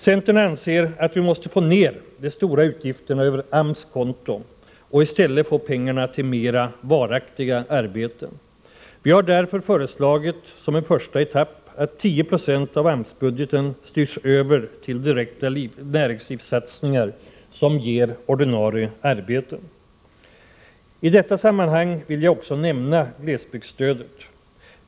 Centern anser att vi måste få ner de stora utgifterna över AMS konto och i stället använda pengarna till mer varaktiga arbeten. Vi har därför föreslagit, som en första etapp, att 10 26 av AMS-budgeten styrs över till direkta näringslivssatsningar som ger ordinarie arbeten. I detta sammanhang vill jag också nämna glesbygdsstödet.